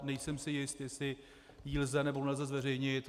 Nejsem si jist, jestli ji lze, nebo nelze zveřejnit.